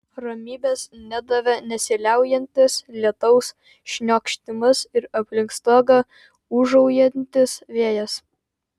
ramybės nedavė nesiliaujantis lietaus šniokštimas ir aplink stogą ūžaujantis vėjas